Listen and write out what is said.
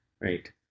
Right